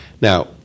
Now